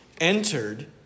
entered